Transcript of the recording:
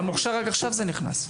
במוכשר זה נכנס רק עכשיו.